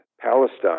Palestine